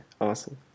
awesome